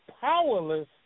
powerless